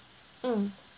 mm